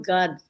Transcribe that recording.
God